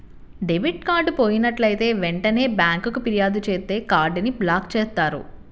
debit card పోయినట్లైతే వెంటనే బ్యేంకుకి ఫిర్యాదు చేత్తే కార్డ్ ని బ్లాక్ చేత్తారు